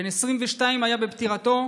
בן 22 היה בפטירתו,